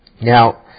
Now